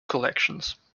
collections